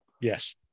yes